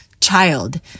child